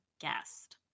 guest